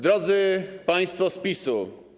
Drodzy Państwo z PiS-u!